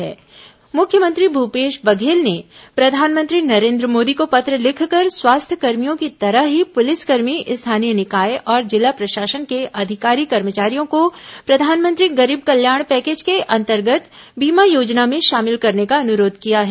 corona मुख्यमंत्री प्रधानमंत्री पत्र मुख्यमंत्री भूपेश बघेल ने प्रधानमंत्री नरेन्द्र मोदी को पत्र लिखकर स्वास्थ्यकर्मियों की तरह ही पुलिसकर्मी स्थानीय निकाय और जिला प्रशासन के अधिकारी कर्मचारियों को प्रधानमंत्री गरीब कल्याण पैकेज के अंतर्गत बीमा योजना में शामिल करने का अनुरोध किया है